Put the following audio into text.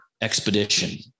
Expedition